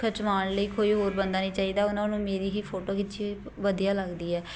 ਖਿਚਵਾਉਣ ਲਈ ਕੋਈ ਹੋਰ ਬੰਦਾ ਨਹੀਂ ਚਾਹੀਦਾ ਉਹਨਾਂ ਨੂੰ ਮੇਰੀ ਹੀ ਫੋਟੋ ਖਿੱਚੀ ਹੋਈ ਵਧੀਆ ਲੱਗਦੀ ਹੈ